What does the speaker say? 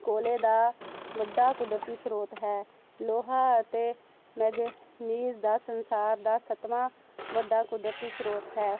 ਕੋਲੇ ਦਾ ਵੱਡਾ ਕੁਦਰਤੀ ਸਰੋਤ ਹੈ ਲੋਹਾ ਅਤੇ ਮੈਗਨੀਜ਼ ਦਾ ਸੰਸਾਰ ਦਾ ਸੱਤਵਾਂ ਵੱਡਾ ਕੁਦਰਤੀ ਸਰੋਤ ਹੈ